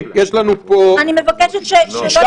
אני מבקשת שלא יכנסו לדבריי כמו שאני לא נכנסתי.